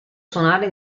suonare